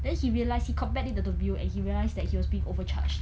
then he realised he compared it to the bill and he realised that he was being overcharged